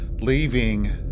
leaving